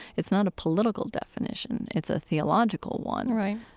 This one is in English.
it's not a political definition it's a theological one right.